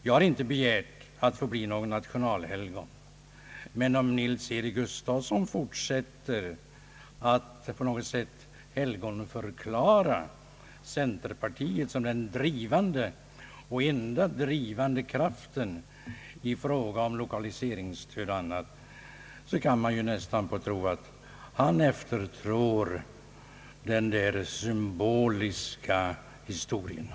Jag har inte begärt att få bli ett nationalhelgon, men om herr Nils-Eric Gustafsson fortsätter att på något sätt helgonförklara centerpartiet som varande den enda drivande kraften i fråga om lokaliseringsstöd kan man nästan tro att han eftertrår den där symboliska beteckningen.